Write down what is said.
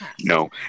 no